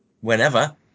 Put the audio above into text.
whenever